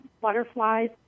butterflies